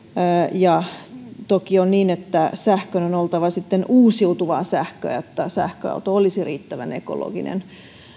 ja toki on niin että sähkön on oltava sitten uusiutuvaa sähköä että sähköauto olisi riittävän ekologinen